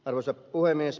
arvoisa puhemies